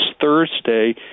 Thursday